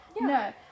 No